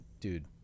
dude